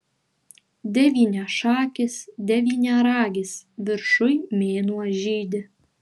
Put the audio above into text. devyniašakis devyniaragis viršuj mėnuo žydi